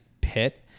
pit